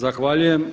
Zahvaljujem.